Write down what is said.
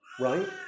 right